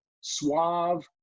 suave